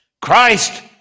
Christ